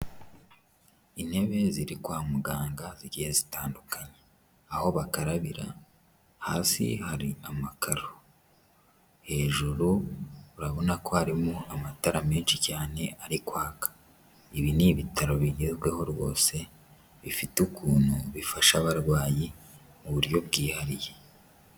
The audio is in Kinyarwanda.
Intebe ziri kwa muganga zigiye zitandukanye aho bakarabira, hasi hari amakaro, hejuru urabona ko harimo amatara menshi cyane ari kwaka, ibi ni ibitaro bigezweho rwose, bifite ukuntu bifasha abarwayi mu buryo bwihariye.